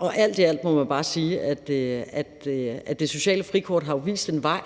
Alt i alt må man bare sige, at det sociale frikort jo har vist en vej,